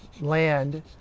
land